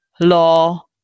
law